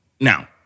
Now